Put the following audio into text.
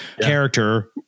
character